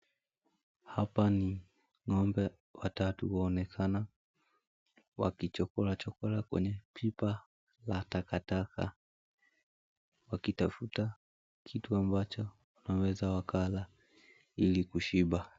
Hapa ni ng'ombe watatu waonekaa wakichokora chokora kwenye pipa la takataka, wakitafuta kitu ambacho wanaweza wakala ili kushiba.